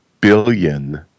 billion